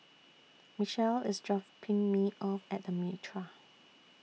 Michell IS Me off At The Mitraa